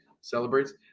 celebrates